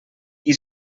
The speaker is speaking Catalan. qui